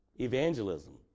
evangelism